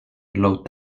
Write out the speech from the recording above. low